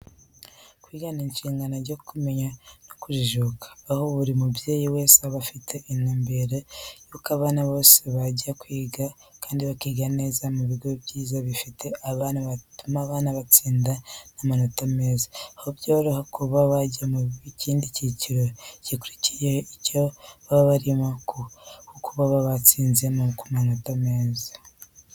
Kwiga ni ishingiro ryo kumenya no kujijuka, aho buri mubyeyi wese aba afite intumbero y'uko abana be bose bajya kwiga kandi bakiga neza mu bigo byiza bifite abarimu batuma abana batsinda n'amanota meza, aho byoroha kuba bajya mu kindi cyiciro gikurikiye icyo baba barimo kuko baba batsinze mu manota meza.